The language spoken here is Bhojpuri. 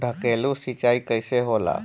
ढकेलु सिंचाई कैसे होला?